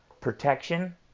protection